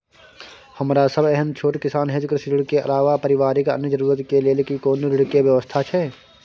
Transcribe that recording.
हमरा सब एहन छोट किसान हेतु कृषि ऋण के अलावा पारिवारिक अन्य जरूरत के लेल की कोनो ऋण के व्यवस्था छै?